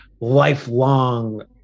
lifelong